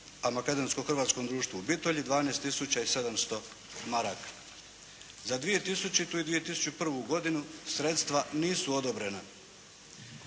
a makedonsko-hrvatskom društvu u Bitolji 12 tisuća i 700 maraka. Za 2000. i 2001. godinu sredstva nisu odobrena.